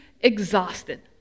exhausted